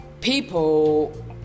people